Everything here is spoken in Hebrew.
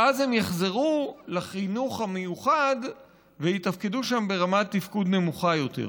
ואז הם יחזרו לחינוך המיוחד ויתפקדו שם ברמת תפקוד נמוכה יותר.